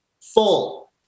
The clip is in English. full